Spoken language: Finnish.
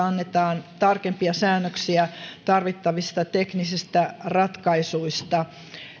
annetaan tarkempia säännöksiä tarvittavista teknisistä ratkaisuista